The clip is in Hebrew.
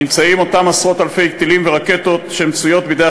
נמצאים אותם עשרות אלפי טילים ורקטות בידי